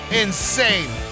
insane